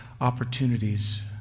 opportunities